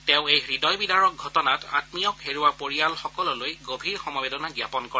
তেওঁ এই হৃদয়বিদাৰক ঘটনাত আমীয়ক হেৰুওৱা পৰিয়ালসকললৈ গভীৰ সমবেদনা জাপন কৰে